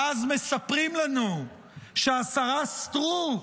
ואז מספרים לנו שהשרה סטרוק,